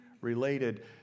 related